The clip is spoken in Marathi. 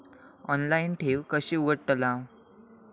ऑनलाइन ठेव कशी उघडतलाव?